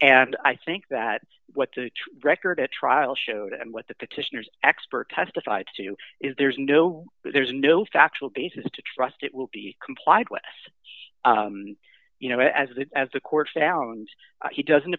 and i think that what to record a trial showed and what the petitioners expert testified to is there's no there's no factual basis to trust it will be complied with you know as the as the court found he doesn't